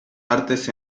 artes